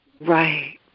right